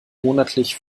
monatlich